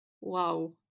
Wow